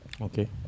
okay